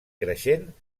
creixent